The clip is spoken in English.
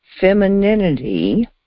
femininity